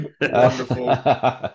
Wonderful